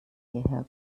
hierher